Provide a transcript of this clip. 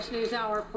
NewsHour